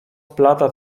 splata